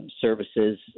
services